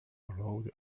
allowed